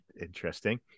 interesting